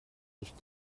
nicht